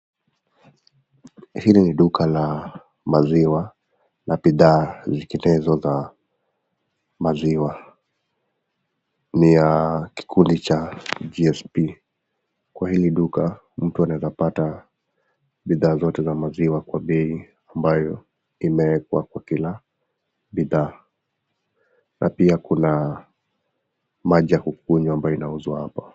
Hili ni duka la maziwa na bidhaa zinginezo za maziwa. Ni ya kikundi cha GSP. Kwa hili duka, mtu anaweza pata bidhaa zote za maziwa kwa bei ambayo imewekwa kwa kila bidhaa na pia, kuna maji ya kukunywa ambayo inauzwa hapa.